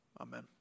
Amen